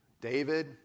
David